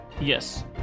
Yes